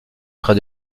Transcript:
près